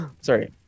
Sorry